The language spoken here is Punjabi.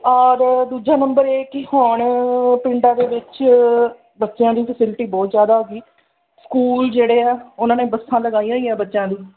ਔਰ ਦੂਜਾ ਨੰਬਰ ਇਹ ਕਿ ਹੁਣ ਪਿੰਡਾਂ ਦੇ ਵਿੱਚ ਬੱਚਿਆਂ ਦੀ ਫੈਸਿਲਿਟੀ ਬਹੁਤ ਜ਼ਿਆਦਾ ਹੋ ਗਈ ਸਕੂਲ ਜਿਹੜੇ ਆ ਉਹਨਾਂ ਨੇ ਬੱਸਾਂ ਲਗਾਈਆਂ ਹੋਈਆਂ ਬੱਚਿਆਂ ਲਈ